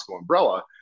umbrella